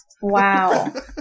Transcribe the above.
Wow